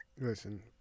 Listen